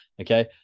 okay